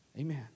Amen